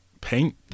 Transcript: paint